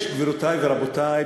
גבירותי ורבותי,